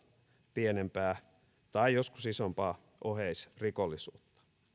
pienempää tai joskus isompaa oheisrikollisuutta